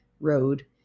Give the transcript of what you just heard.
road